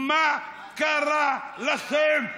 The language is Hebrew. מה קרה לכם?